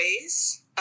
ways